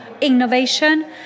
innovation